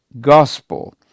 gospel